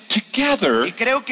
together